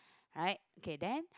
right okay then